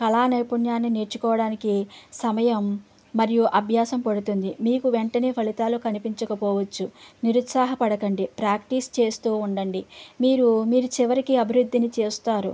కళా నైపుణ్యాన్ని నేర్చుకోవడానికి సమయం మరియు అభ్యాసం పడుతుంది మీకు వెంటనే ఫలితాలు కనిపించకపోవచ్చు నిరుత్సాహపడకండి ప్రాక్టీస్ చేస్తూ ఉండండి మీరు మీరు చివరికి అభివృద్ధిని చేస్తారు